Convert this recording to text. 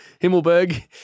Himmelberg